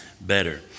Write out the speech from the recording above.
better